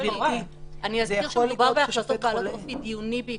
אני אזכיר שמדובר בהחלטות בעלות אופי דיוני בעיקרן.